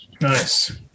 Nice